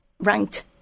Ranked